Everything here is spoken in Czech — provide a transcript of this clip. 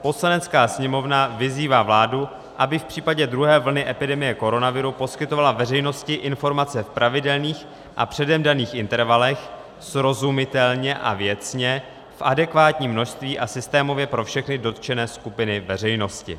Poslanecká sněmovna vyzývá vládu, aby v případě druhé vlny epidemie koronaviru poskytovala veřejnosti informace v pravidelných a předem daných intervalech, srozumitelně a věcně, v adekvátním množství a systémově pro všechny dotčené skupiny veřejnosti.